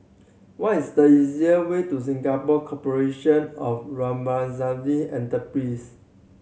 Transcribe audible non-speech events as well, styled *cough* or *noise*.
what is the easier way to Singapore Corporation of *unintelligible* Enterprise